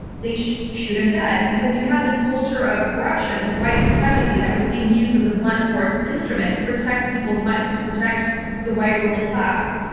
they shoot shoot him dead, because you had this culture of corruption, this white supremacy that was being used as a blunt force instrument to protect people's money, to protect the white ruling class.